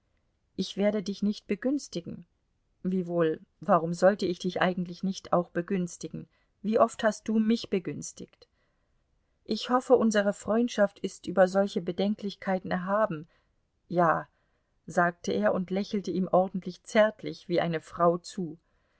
ich werde dich nicht begünstigen wiewohl warum sollte ich dich eigentlich nicht auch begünstigen wie oft hast du mich begünstigt ich hoffe unsere freundschaft ist über solche bedenklichkeiten erhaben ja sagte er und lächelte ihm ordentlich zärtlich wie eine frau zu